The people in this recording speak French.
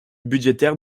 budgétaire